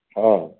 हाँ